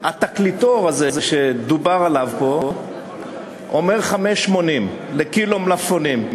התקליטור הזה שדובר עליו פה אומר 5.80 לקילו מלפפונים.